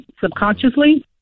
subconsciously